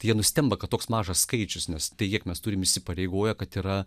jie nustemba kad toks mažas skaičius nes tai kiek mes turime įsipareigoja kad yra